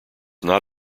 not